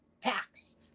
packs